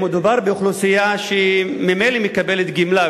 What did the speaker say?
מדובר באוכלוסייה שממילא מקבלת גמלה,